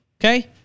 Okay